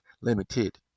limited